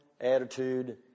attitude